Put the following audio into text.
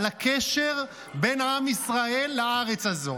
על הקשר בין עם ישראל לארץ הזאת.